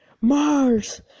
mars